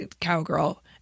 cowgirl